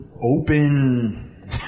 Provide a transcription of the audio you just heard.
open